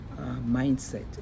mindset